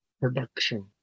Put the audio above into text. production